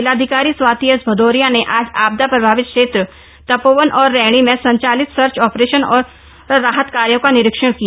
जिलाधिकारी स्वाति एस भदौरिया ने आज आपदा प्रभावित क्षेत्र तपोवन और रैणी में संचालित सर्च ऑपरेशन और राहत कार्यों का निरीक्षण किया